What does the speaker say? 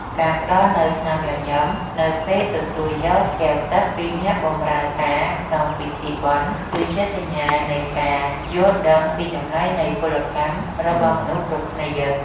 ការផ្តល់នូវស្នាមញញឹមនៅពេលទទួលយកកែវទឹកពីអ្នកបម្រើការក្នុងពិធីបុណ្យ គឺជាសញ្ញានៃការយល់ដឹងពីតម្លៃនៃពលកម្មរបស់មនុស្សគ្រប់គ្នា។